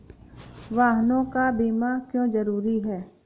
वाहनों का बीमा क्यो जरूरी है?